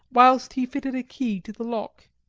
whilst he fitted a key to the lock.